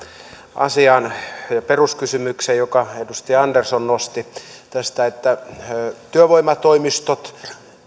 asiaan peruskysymykseen jonka edustaja andersson nosti tästä että työvoimatoimistot